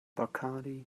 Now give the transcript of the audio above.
bacardi